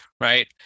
Right